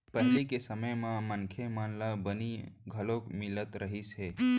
पहिली के समे म मनखे मन ल बनी घलोक मिलत रहिस हे